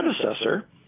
predecessor